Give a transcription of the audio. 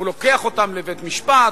הוא לוקח אותם לבית-משפט,